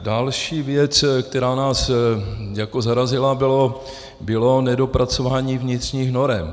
Další věc, která nás zarazila, bylo nedopracování vnitřních norem.